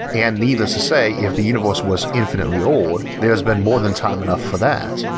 and needless to say if the universe was infinitely old there's been more than time enough for that.